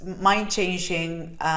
mind-changing